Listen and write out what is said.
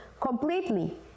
completely